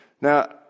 Now